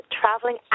traveling